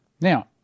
now